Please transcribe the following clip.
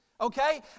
Okay